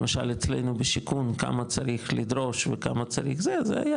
למשל אצלנו בשיכון כמה צריך לדרוש וכמה צריך זה,